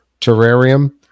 terrarium